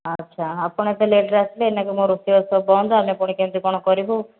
ଆଚ୍ଛା ଆପଣ ଏତେ ଲେଟ୍ରେ ଆସିଲେ ଏଇନେ ମୋର ରୋଷେଇ ବାସ ବନ୍ଦ ଆମେ ପୁଣି କେମ୍ତି କ'ଣ କରିବୁ